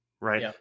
right